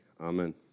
Amen